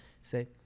say